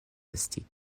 esti